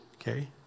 okay